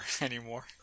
anymore